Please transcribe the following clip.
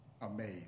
amazed